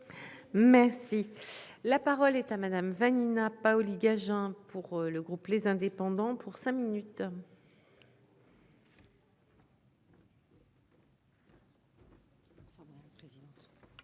Merci. La parole est à Madame Vanina Paoli-Gagin pour le groupe les indépendants pour cinq minutes.